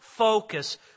focus